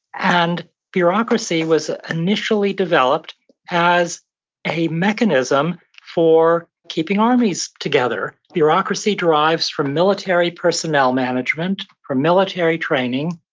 and bureaucracy was initially developed as a mechanism for keeping armies together bureaucracy derives from military personnel management, from military training,